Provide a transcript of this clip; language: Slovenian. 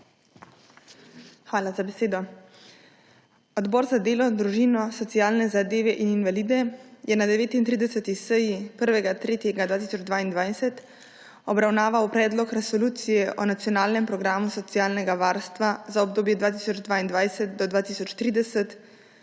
Hvala za besedo. Odbor za delo, družino, socialne zadeve in invalide je na 39. seji 1. 3. 2022 obravnaval Predlog resolucije o nacionalnem programu socialnega varstva za obdobje 2022−2030,